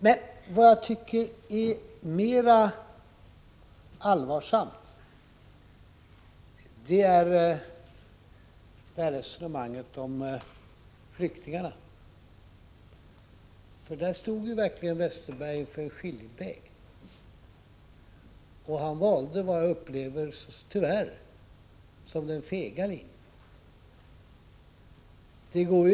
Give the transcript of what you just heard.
Men vad jag tycker är mera allvarsamt är resonemanget om flyktingarna. Där stod verkligen Bengt Westerberg inför en skiljeväg, och han valde vad jag tyvärr upplever som den fega linjen.